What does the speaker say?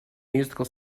musical